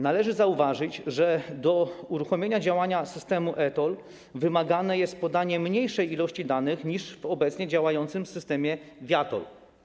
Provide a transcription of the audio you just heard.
Należy zauważyć, że do uruchomienia systemu e-TOLL wymagane jest podanie mniejszej ilości danych niż w obecnie działającym systemie viaTOLL.